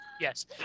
Yes